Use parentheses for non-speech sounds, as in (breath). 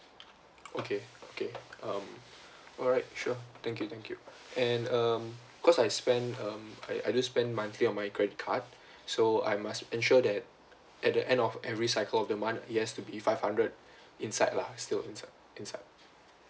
okay okay um alright sure thank you thank you and um because I spend um I don't spend monthly on my credit card (breath) so I must ensure that at the end of every cycle of the month it has to be five hundred (breath) inside lah still inside inside